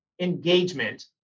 engagement